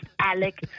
Alec